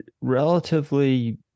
relatively